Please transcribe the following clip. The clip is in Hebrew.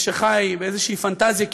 זה שחי עם איזושהי פנטזיה,